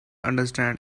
understand